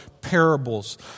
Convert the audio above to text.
parables